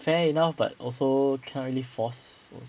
fair enough but also cannot really force also